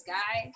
guy